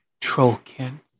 Trollkin